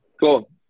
cool